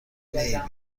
نمیبینم